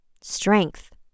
Strength